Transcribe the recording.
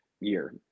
year